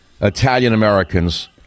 Italian-Americans